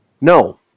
No